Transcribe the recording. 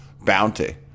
Bounty